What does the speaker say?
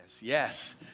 Yes